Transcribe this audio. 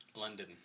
London